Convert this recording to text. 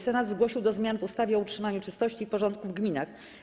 Senat zgłosił do zmian w ustawie o utrzymaniu czystości i porządku w gminach.